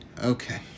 Okay